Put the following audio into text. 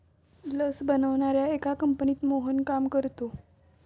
लस बनवणाऱ्या एका कंपनीत मोहन काम करतो